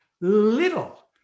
little